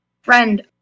friend